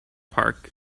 park